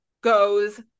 goes